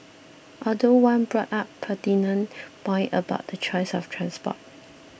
although one brought up a pertinent point about the choice of transport